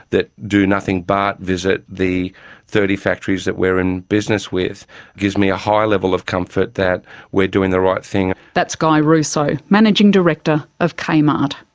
that do nothing but visit the thirty factories that we are in business with gives me a high level of comfort that we are doing the right thing. that's guy russo, managing director of kmart.